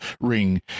ring